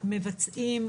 מבצעים,